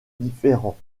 différents